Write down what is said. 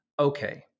Okay